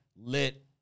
lit